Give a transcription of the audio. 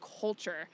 culture